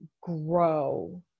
grow